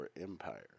Empire